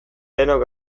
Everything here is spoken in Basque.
denok